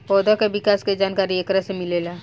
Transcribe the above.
पौधा के विकास के जानकारी एकरा से मिलेला